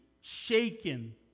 shaken